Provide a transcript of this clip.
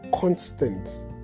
constant